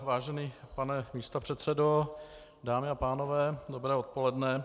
Vážený pane místopředsedo, dámy a pánové, dobré odpoledne.